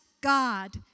God